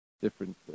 different